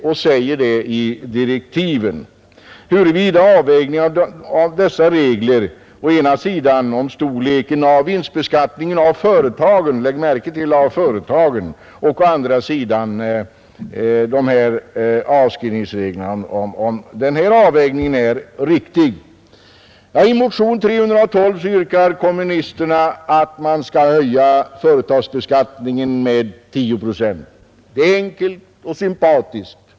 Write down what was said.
Han säger i direktiven att beredningen skall överväga huruvida avvägningen av dessa regler å ena sidan och storleken av vinstbeskattningen av företagen å andra sidan är riktig. I motion 312 yrkar kommunisterna att man skall höja företagsbeskattningen med 10 procent. Enkelt och sympatiskt!